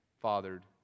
fathered